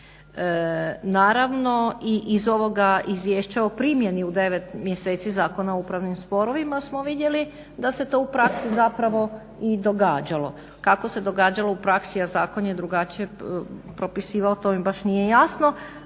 Naravno i iz ovoga Izvješća o primjeni u 9 mjeseci Zakona o upravnim sporovima smo vidjeli da se to u praksi zapravo i događalo. Kako se događalo u praksi, a zakon je drugačije propisivao to mi baš nije jasno,